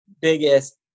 biggest